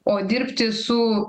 o dirbti su